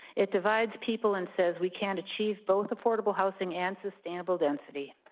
it divides people and says we can't achieve both affordable housing and sustainable density.